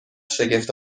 شگفت